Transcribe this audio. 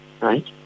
right